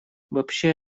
вообще